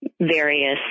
various